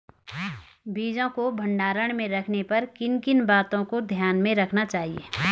बीजों को भंडारण में रखने पर किन किन बातों को ध्यान में रखना चाहिए?